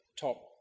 top